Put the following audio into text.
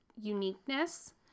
uniqueness